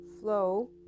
flow